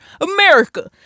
America